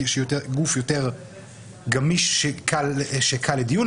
כי זה גוף יותר גמיש וקל לדיון,